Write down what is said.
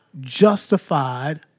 justified